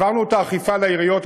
העברנו את האכיפה לעיריות,